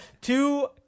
two